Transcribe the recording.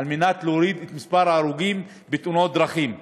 על מנת להוריד את מספר ההרוגים בתאונות דרכים.